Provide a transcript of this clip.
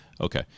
Okay